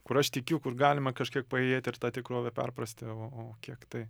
kur aš tikiu kur galima kažkiek paėjėti ir tą tikrovę perprasti o o kiek tai